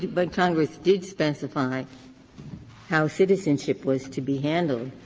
did but congress did specify how citizenship was to be handled.